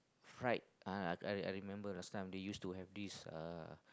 fried I I I remember last time they used to have this uh